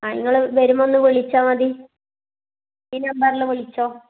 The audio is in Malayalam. അ ഇങ്ങള് വരുമ്പം ഒന്ന് വിളിച്ചാൽ മതി ഈ നമ്പറിൽ വിളിച്ചോ